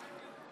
יופי.